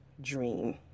dream